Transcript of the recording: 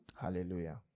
hallelujah